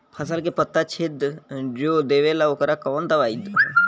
फसल के पत्ता छेद जो देवेला ओकर कवन दवाई ह?